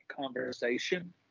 conversation